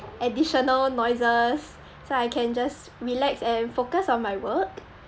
additional noises so I can just relax and focus on my work